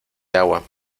agua